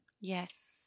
Yes